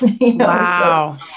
Wow